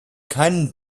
keinen